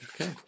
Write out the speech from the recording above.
Okay